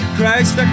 Christ